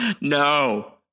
No